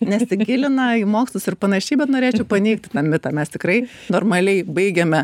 nesigilina į mokslus ir panašiai bet norėčiau paneigt tą mitą mes tikrai normaliai baigiame